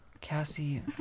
Cassie